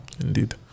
Indeed